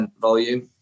volume